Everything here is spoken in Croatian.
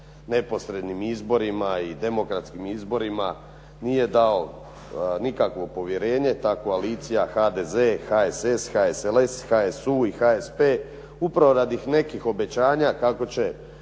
neposrednim izborima i demokratskim izborima nije dao nikakvo povjerenje ta koalicija HDZ, HSS, HSLS, HSU i HSP upravo radi nekih obećanja kako će